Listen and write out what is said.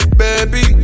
baby